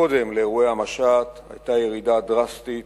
קודם לאירועי המשט היתה ירידה דרסטית